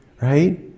right